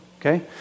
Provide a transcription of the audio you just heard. Okay